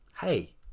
hey